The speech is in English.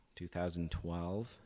2012